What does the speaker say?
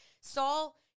Saul